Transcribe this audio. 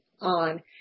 on